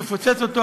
מפוצץ אותו,